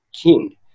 king